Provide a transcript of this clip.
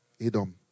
Edom